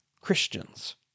Christians